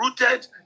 rooted